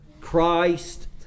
Christ